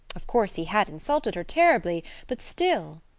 of course, he had insulted her terribly, but still!